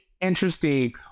interesting